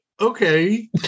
okay